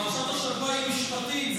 פרשת השבוע היא משפטים,